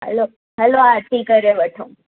हलो hello आरिती करे वठो